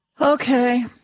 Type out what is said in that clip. Okay